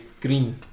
green